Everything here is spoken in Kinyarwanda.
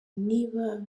niba